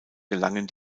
gelangen